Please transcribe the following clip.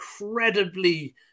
incredibly